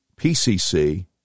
PCC